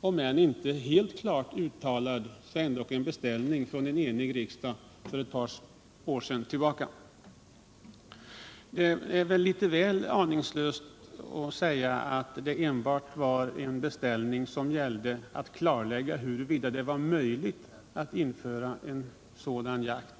om än inte helt klart uttalad så dock beställning från en enig riksdag för ett par år sedan. Det är väl litet väl aningslöst att påstå att det enbart var en beställning som gällde att klarlägga huruvida det var möjligt att införa en sådan jakt.